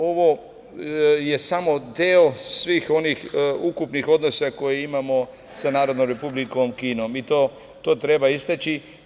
Ovo je samo deo svih onih ukupnih odnosa koje imamo sa Narodnom Republikom Kinom i to treba istaći.